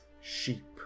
sheep